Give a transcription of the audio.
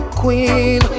queen